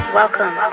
welcome